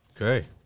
Okay